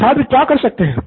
तो छात्र क्या कर सकते है